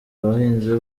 abahinzi